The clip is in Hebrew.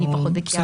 אני פחות בקיאה.